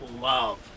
love